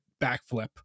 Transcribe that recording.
backflip